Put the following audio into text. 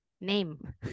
Name